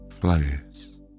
flows